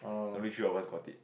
very sure I was got it